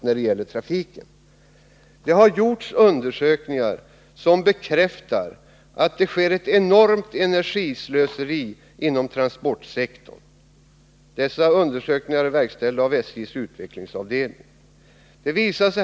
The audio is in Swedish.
SJ:s utvecklingsavdelning har gjort undersökningar som bekräftar att energislöseriet inom transportsektorn är enormt.